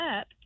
up